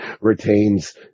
retains